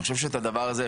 אני חושב שאת הדבר הזה,